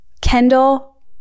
Kendall